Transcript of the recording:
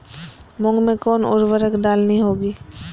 मूंग में कौन उर्वरक डालनी होगी?